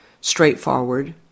straightforward